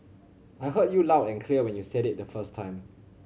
I heard you loud and clear when you said it the first time